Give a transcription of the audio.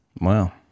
Wow